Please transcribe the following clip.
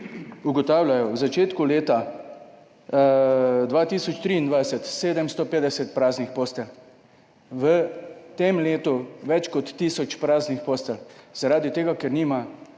ugotavljajo, v začetku leta 2023 750 praznih postelj, v tem letu več kot tisoč praznih postelj, zaradi tega, ker nima